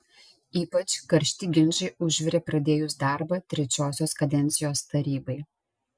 ypač karšti ginčai užvirė pradėjus darbą trečiosios kadencijos tarybai